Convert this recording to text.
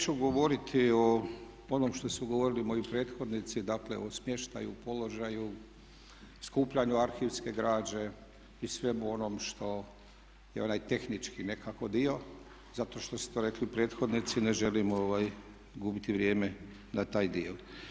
Ja neću govoriti o onom što su govorili moji prethodnici dakle o smještaju, položaju, skupljanju arhivske građe i svemu onom što je onaj tehnički dio zato što su to rekli prethodnici, ne želim gubiti vrijeme na taj dio.